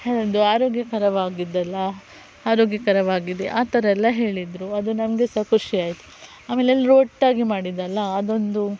ಅದು ಆರೋಗ್ಯಕರವಾಗಿದ್ದಲ್ಲ ಆರೋಗ್ಯಕರವಾಗಿದೆ ಆ ಥರ ಎಲ್ಲ ಹೇಳಿದರು ಅದು ನಮಗೆ ಸಹ ಖುಷಿ ಆಯಿತು ಆಮೇಲೆಲ್ಲರು ಒಟ್ಟಾಗಿ ಮಾಡಿದ್ದಲ್ಲ ಅದೊಂದು